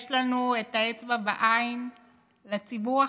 יש לנו אצבע בעין לציבור החילוני,